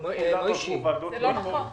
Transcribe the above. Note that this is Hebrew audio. כולן עברו ועדות --- זה לא נכון.